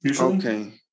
Okay